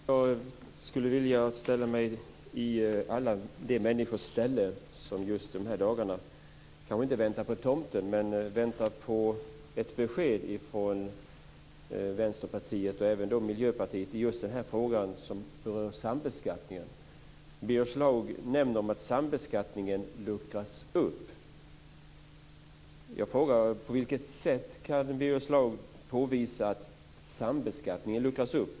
Herr talman! Jag skulle vilja ställa mig i alla de människors ställe som just de här dagarna väntar - kanske inte på tomten, men på ett besked ifrån Vänsterpartiet och även Miljöpartiet i just den fråga som berör sambeskattningen. Birger Schlaug nämner att sambeskattningen luckras upp. Jag frågar: På vilket sätt kan Birger Schlaug påvisa att sambeskattningen luckras upp?